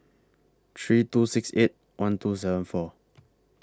three two six eight one two seven four